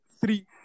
three